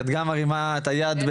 את גם מרימה את היד,